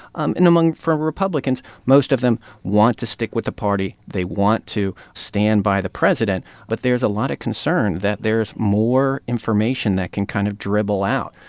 um and among firm republicans, most of them want to stick with the party. they want to stand by the president but there's a lot of concern that there's more information that can kind of dribble out.